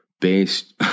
based